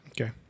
Okay